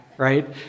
right